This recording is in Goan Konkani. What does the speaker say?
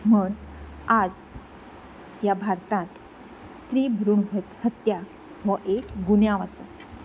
म्हूण आयज ह्या भारतांत स्त्री भ्रूण हत हत्या हो एक गुन्यांव आसा